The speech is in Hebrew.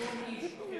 מיליון עוקבים.